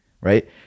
right